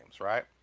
right